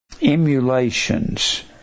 Emulations